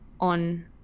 on